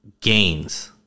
gains